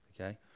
okay